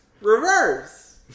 reverse